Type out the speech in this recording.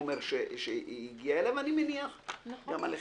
חומר שהגיע אליי, ואני מניח גם אליכם.